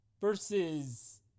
versus